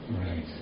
Right